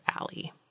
Alley